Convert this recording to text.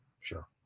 Sure